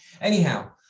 anyhow